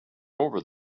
over